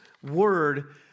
Word